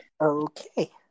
Okay